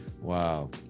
wow